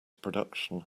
production